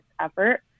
effort